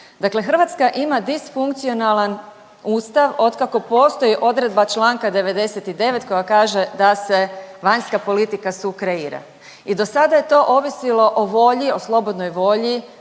Dakle Hrvatska ima disfunkcionalan Ustav otkako postoji odredba čl. 99 koja kaže da se vanjska politika sukreira i do sada je to ovisilo o volji, o slobodnoj volji